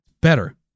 Better